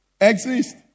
Exist